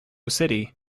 city